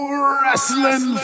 wrestling